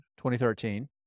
2013